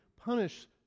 punish